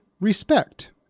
respect